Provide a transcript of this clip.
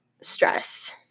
stress